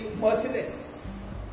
merciless